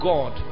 God